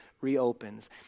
reopens